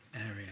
area